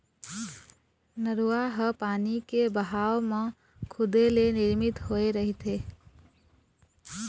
नरूवा ह पानी के बहाव म खुदे ले निरमित होए रहिथे